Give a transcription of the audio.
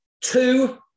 two